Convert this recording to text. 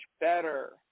better